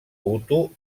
hutu